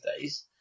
days